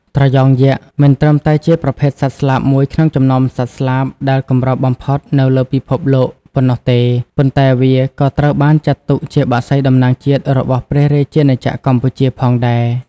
ត្រយងយក្ស មិនត្រឹមតែជាប្រភេទសត្វស្លាបមួយក្នុងចំណោមសត្វស្លាបដែលកម្របំផុតនៅលើពិភពលោកប៉ុណ្ណោះទេ ប៉ុន្តែវាក៏ត្រូវបានចាត់ទុកជាបក្សីតំណាងជាតិរបស់ព្រះរាជាណាចក្រកម្ពុជាផងដែរ។